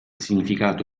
significato